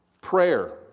prayer